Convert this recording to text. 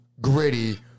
gritty